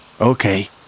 Okay